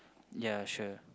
ya sure